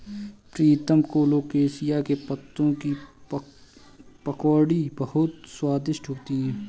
प्रीतम colocasia के पत्तों की पकौड़ी बहुत स्वादिष्ट होती है